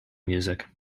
music